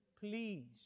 please